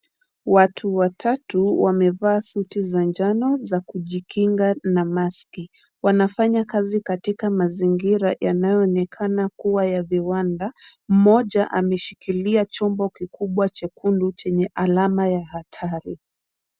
Watu watatu wamevaa suti za njano za kujikinga na mask . Wanafanya kazi katika mazingira yanayoonekana kuwa ya viwanda. Mmoja ameshikilia chombo kikubwa chekundu chenye alama ya hatari.